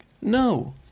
No